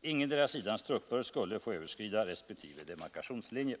Ingendera sidans trupper skulle få överskrida resp. demarkationslinjer.